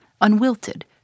unwilted